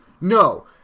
No